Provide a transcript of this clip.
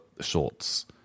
shorts